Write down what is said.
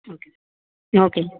okay okay